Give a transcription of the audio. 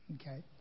Okay